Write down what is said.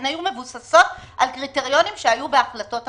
הן היו מבוססות על קריטריונים שהיו בהחלטות הממשלה.